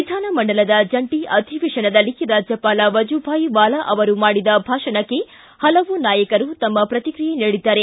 ವಿಧಾನಮಂಡಲದ ಜಂಟ ಅಧಿವೇಶನದಲ್ಲಿ ರಾಜ್ಯಪಾಲ ವಜೂಭಾಯ್ ವಾಲಾ ಅವರು ಮಾಡಿದ ಭಾಷಣಕ್ಕೆ ಪಲವು ನಾಯಕರು ತಮ್ಮ ಪ್ರತಿಕ್ರಿಯೆ ನೀಡಿದ್ದಾರೆ